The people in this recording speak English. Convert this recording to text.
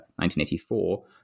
1984